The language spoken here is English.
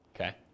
okay